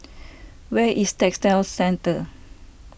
where is Textile Centre